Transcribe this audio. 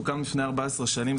שהוקם לפני 14 שנים,